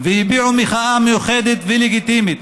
והביעו מחאה מאוחדת ולגיטימית